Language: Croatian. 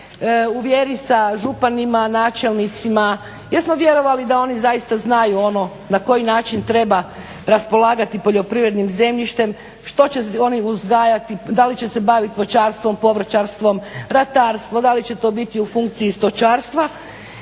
u vjeri sa županima, načelnicima jer smo vjerovali da oni zaista znaju ono na koji način treba raspolagati poljoprivrednim zemljištem, što će oni uzgajati, da li će se bavit voćarstvom, povrćarstvom, ratarstvom, da li će to biti u funkciji stočarstva